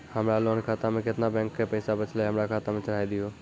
हमरा लोन खाता मे केतना बैंक के पैसा बचलै हमरा खाता मे चढ़ाय दिहो?